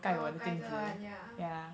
towel 盖着 [one] yeah